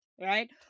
Right